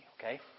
okay